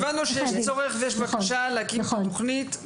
הבנו שיש צורך ויש בעיה להקים את התוכנית,